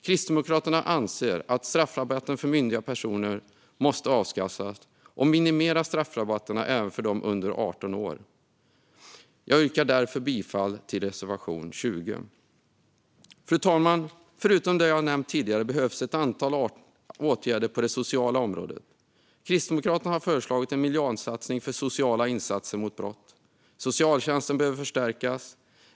Kristdemokraterna anser att straffrabatten för myndiga personer måste avskaffas och att man ska minimera straffrabatterna även för dem under 18 år. Jag yrkar därför bifall till reservation 20. Fru talman! Förutom det jag har nämnt tidigare behövs ett antal åtgärder på det sociala området. Kristdemokraterna har föreslagit en miljardsatsning för sociala insatser mot brott. Socialtjänsten behöver förstärkas.